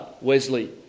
Wesley